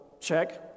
check